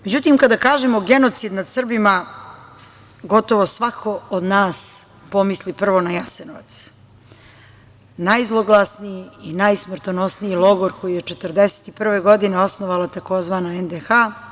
Međutim, kada kažemo genocid nad Srbima gotovo svako od nas pomisli prvo na Jasenovac, najzloglasniji i najsmrtonosniji logor koji je 1941. godine osnovala tzv. NDH.